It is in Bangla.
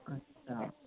আচ্ছা